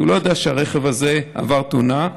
כי הוא לא יודע שהרכב הזה עבר תאונה.